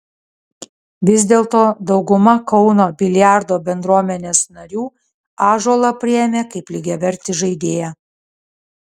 vis dėlto dauguma kauno biliardo bendruomenės narių ąžuolą priėmė kaip lygiavertį žaidėją